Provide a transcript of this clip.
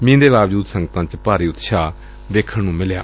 ਮੀਂਹ ਦੇ ਬਾਵਜੂਦ ਸੰਗਤਾਂ ਚ ਭਾਰੀ ਉਤਸਾਹ ਵੇਖਣ ਵਿਚ ਮਿਲਿਆ